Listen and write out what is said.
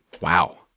Wow